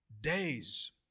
days